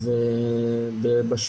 וזה